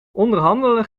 onderhandelen